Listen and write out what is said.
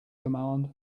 command